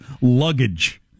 Luggage